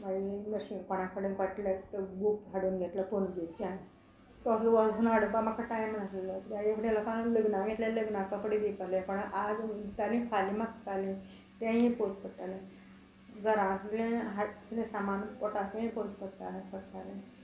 मागीर निर्सींग कोणा कडेन कोटले तो बूक हाडून घेतलो पोणजेच्यान तो पोसून हाडपा म्हाका टायम नासलेलो त्या लोकांक लग्नाक लग्नाक कपडे दिवपाले कोणाक आज दिताली फाल्यां मागताली तेय एक पोवच पडटालें घरांतलें कितें सामान पोटाकय पोवचे पोडटा पोडटालें